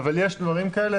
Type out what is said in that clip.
יש דברים כאלה,